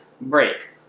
break